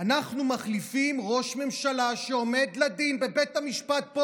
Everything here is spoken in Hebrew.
אנחנו מחליפים ראש ממשלה שעומד לדין בבית המשפט פה,